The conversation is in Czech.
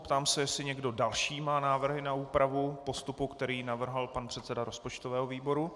Ptám se, jestli někdo další má návrhy na úpravu postupu, který navrhl pan předseda rozpočtového výboru.